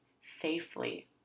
safely